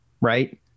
right